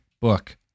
book